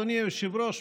אדוני היושב-ראש,